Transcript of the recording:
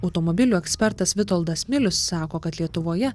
automobilių ekspertas vitoldas milius sako kad lietuvoje